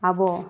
ᱟᱵᱚ